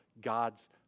God's